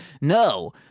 No